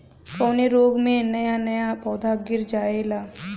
कवने रोग में नया नया पौधा गिर जयेला?